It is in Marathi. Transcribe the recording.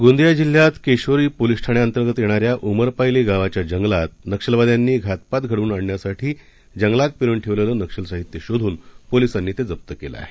गोंदियाजिल्ह्यातकेशोरीपोलीसठाण्याअंतर्गतयेणाऱ्याउमरपायलीगावाच्याजंगलातनक्षलवाद्यांनीघातपातघडवूनआणण्यासाठीजंग लातपेरूनठेवलेलंनक्षलसाहित्यशोधूनपोलिसांनीतेजप्तकेलंआहे